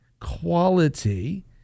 quality